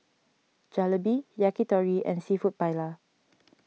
Jalebi Yakitori and Seafood Paella